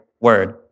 word